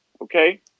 Okay